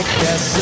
guess